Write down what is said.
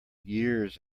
years